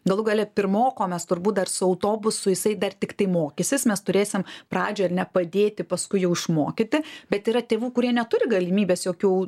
galų gale pirmoko mes turbūt dar su autobusu jisai dar tiktai mokysis mes turėsim pradžią ir nepadėti paskui jau išmokyti bet yra tėvų kurie neturi galimybės jokių